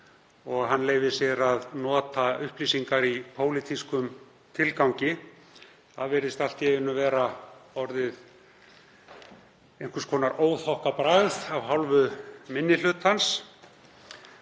og leyfir sér að nota upplýsingar í pólitískum tilgangi. Það virðist allt í einu vera orðið einhvers konar óþokkabragð af hálfu minni hlutans.